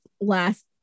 last